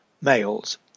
males